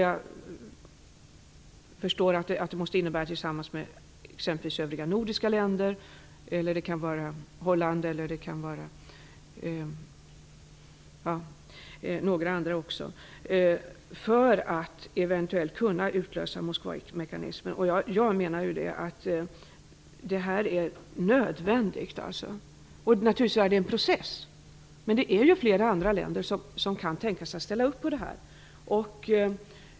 Jag förstår att det måste innebära tillsammans med exempelvis övriga nordiska länder, Holland och kanske några andra också, för att eventuellt kunna utlösa Moskvamekanismen. Jag menar att detta är nödvändigt. Naturligtvis är det en process, men det är ju flera andra länder som kan tänka sig att ställa upp på det här.